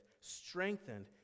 strengthened